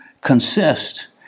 consist